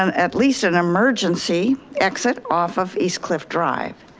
um at least an emergency exit, off of east cliff drive.